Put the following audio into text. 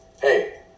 hey